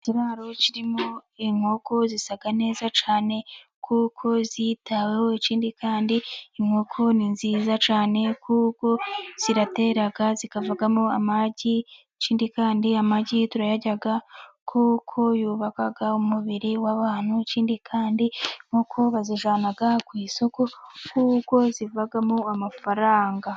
Ikiraro kirimo inkoko zisa neza cyane, kuko zitaweho ikindi kandi inkoko ni nziza cyane kuko ziratera zikavamo amagi, ikindi kandi amagi turayarya, kuko yubaka umubiri w'abantu, ikindi kandi inkoko bazijyana ku isoko kuko zivamo amafaranga.